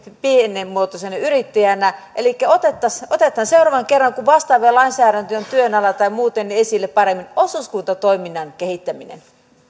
pienimuotoisina yrittäjinä elikkä otetaan seuraavan kerran kun vastaavia lainsäädäntöjä on työn alla tai muuten esille paremmin osuuskuntatoiminnan kehittäminen arvoisa